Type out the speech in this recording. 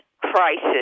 crisis